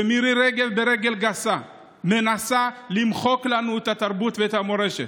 ומירי רגב ברגל גסה מנסה למחוק לנו את התרבות ואת המורשת.